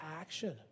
action